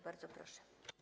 Bardzo proszę.